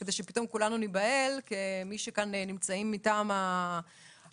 כדי שפתאום כולנו ניבהל כמי שכאן נמצאים מטעם הציבור,